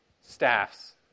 staffs